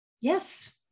yes